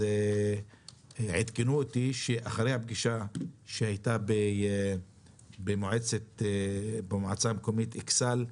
עדכנו אותי שאחרי הפגישה שהייתה במועצה המקומית אכסאל,